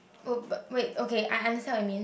oh but wait okay I answer you mean